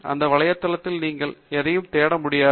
அந்த வலைத்தளத்தில் நீங்கள் எதையும் தேட முடியாது